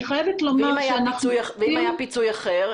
ואם היה פיצוי אחר?